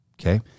Okay